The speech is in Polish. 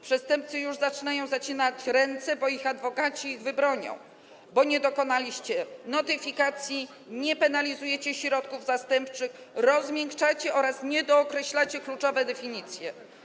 Przestępcy już zaczynają zacierać ręce, bo ich adwokaci ich wybronią, bo nie dokonaliście notyfikacji, nie penalizujecie środków zastępczych, rozmiękczacie to oraz nie dookreślacie kluczowych definicji.